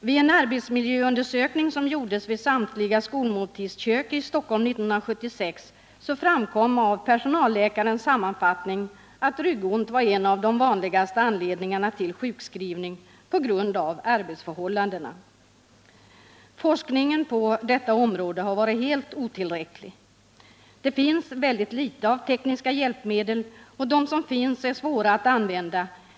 Vid den arbetsmiljöundersökning som gjordes vid samtliga skolmåltidskök i Stockholm 1976 framkom av personalläkarens sammanfattning att ryggont på grund av arbetsförhållandena var en av de vanligaste anledningarna till sjukskrivning. Forskningen på detta område har varit helt otillräcklig. Det finns väldigt litet av tekniska hjälpmedel, och de som finns är svåra att använda.